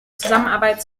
zusammenarbeit